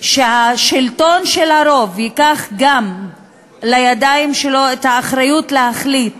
שהשלטון של הרוב ייקח לידיים שלו גם את האחריות להחליט